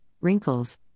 wrinkles